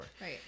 right